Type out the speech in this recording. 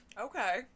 Okay